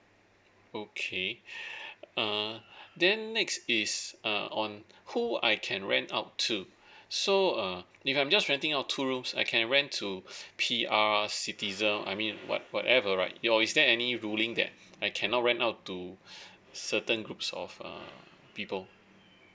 okay err then next is err on who I can rent out to so uh if I'm just renting out two rooms I can rent to P_Rs citizens I mean what whatever right is there any ruling that I cannot rent out to certain groups of uh people